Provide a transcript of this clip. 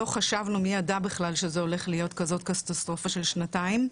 לא חשבנו מי ידע בכלל שזה הולך להיות כזאת קטסטרופה של שנתיים,